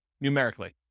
numerically